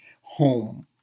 home